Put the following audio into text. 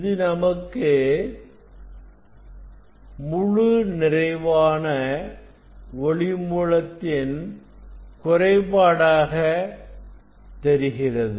இது நமக்கு முழுநிறைவான ஒளி மூலத்தின் குறைபாடாக தெரிகிறது